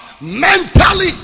mentally